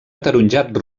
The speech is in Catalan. ataronjat